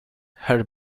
her